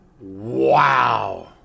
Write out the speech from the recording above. Wow